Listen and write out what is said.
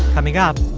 coming up